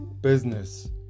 business